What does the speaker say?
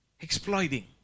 exploiting